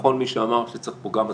ונכון מי שאמר, שצריך פה גם הסברה.